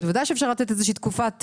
בוודאי שאפשר לתת איזה שהיא תקופת